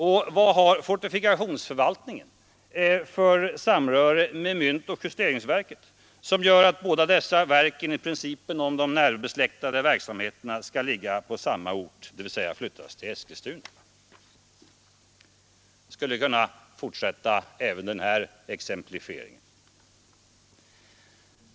Och vad har fortifikationsförvaltningen för samröre med myntoch justeringsverket som gör att dessa båda verk enligt principen om de närbesläktade verksamheterna skall ligga på samma ort, dvs. flyttas till Eskilstuna? Jag skulle kunna fortsätta även den här exemplifieringen.